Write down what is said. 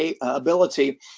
ability